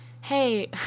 hey